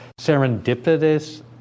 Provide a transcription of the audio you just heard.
serendipitous